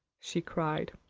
she cried.